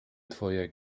twoje